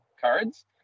cards